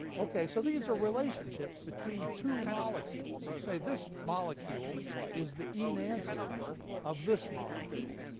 okay, so these are relationships between two molecules. you say this molecule is the enantiomer of this molecule.